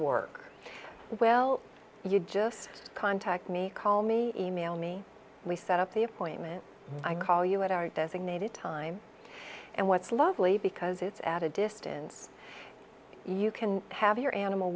work well you just contact me call me email me we set up the appointment i call you at our designated time and what's lovely because it's at a distance you can have your animal